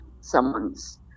someone's